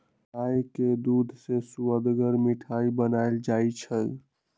गाय के दूध से सुअदगर मिठाइ बनाएल जाइ छइ